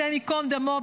השם ייקום דמו,